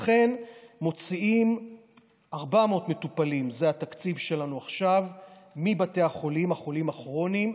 לכן מוציאים 400 מטופלים, החולים הכרוניים,